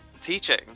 teaching